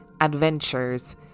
adventures